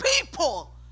people